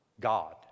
God